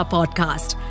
Podcast